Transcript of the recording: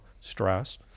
stress